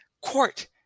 court